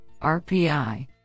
RPI